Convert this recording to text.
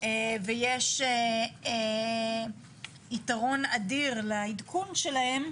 ויש יתרון אדיר לעדכון שלהם,